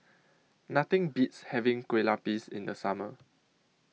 Nothing Beats having Kueh Lapis in The Summer